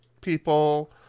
people